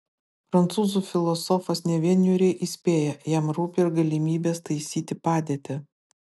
prancūzų filosofas ne vien niūriai įspėja jam rūpi ir galimybės taisyti padėtį